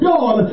God